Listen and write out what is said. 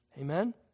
Amen